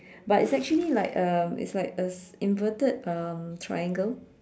but it's actually like um it's like a inverted um triangle